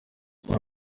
muri